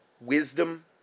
wisdom